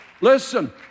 Listen